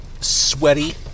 sweaty